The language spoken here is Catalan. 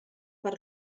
per